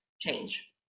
change